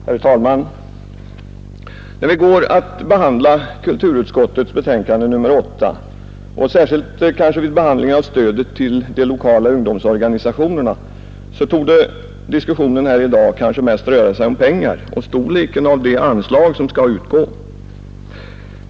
Herr talman! När vi går att behandla kulturutskottets betänkande nr 8, och särskilt kanske stödet till de lokala ungdomsorganisationerna, torde diskussionen mest röra sig om pengar och om storleken av de anslag som skall utgå.